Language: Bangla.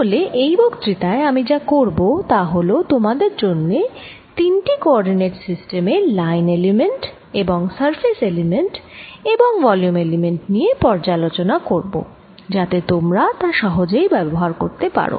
তাহলে এই বক্তৃতায় আমি যা করবো তা হলো তোমাদের জন্যে তিনটি কোঅরডিনেট সিস্টেম এ লাইন এলিমেন্ট এবং সারফেস এলিমেন্ট এবং ভলিউম এলিমেন্ট নিয়ে পর্যালোচনা করবো যাতে তোমরা তা সহজে ব্যবহার করতে পারো